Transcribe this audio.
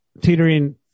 teetering